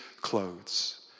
clothes